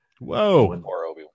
whoa